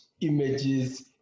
images